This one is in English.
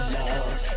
love